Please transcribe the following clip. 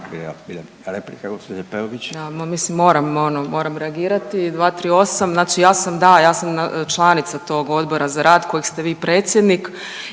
moramo ono, moram reagirati. 238. znači ja sam da, ja sam članica tog Odbora za rad kojeg ste vi predsjednik